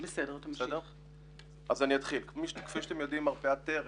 כפי שאתם יודעים, מרפאת טרם,